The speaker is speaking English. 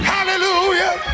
Hallelujah